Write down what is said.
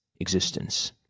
existence